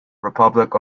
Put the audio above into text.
republic